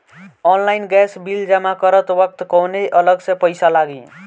Online gas bill जमा करत वक्त कौने अलग से पईसा लागी?